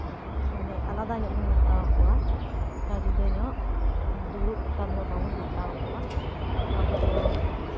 ᱢᱟᱱᱮ ᱟᱞᱟᱫᱟ ᱧᱚᱜ ᱵᱚᱱ ᱢᱮᱛᱟ ᱠᱚᱣᱟ ᱛᱷᱚᱲᱟ ᱡᱩᱫᱟᱹ ᱧᱚᱜ ᱫᱩᱲᱩᱵ ᱟᱠᱟᱱ ᱫᱚ ᱵᱟᱵᱚᱱ ᱢᱮᱛᱟ ᱠᱚᱣᱟ ᱟᱵᱚ ᱫᱚ